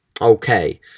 Okay